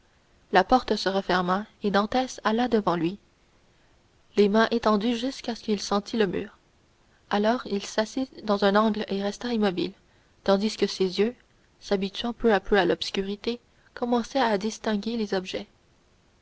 la porte se referma et dantès alla devant lui les mains étendues jusqu'à ce qu'il sentît le mur alors il s'assit dans un angle et resta immobile tandis que ses yeux s'habituant peu à peu à l'obscurité commençaient à distinguer les objets